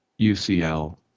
UCL